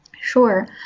Sure